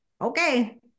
okay